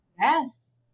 Yes